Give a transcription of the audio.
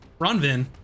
Ronvin